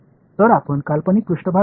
तर आपण काल्पनिक पृष्ठभाग घेऊ